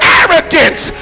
arrogance